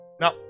Now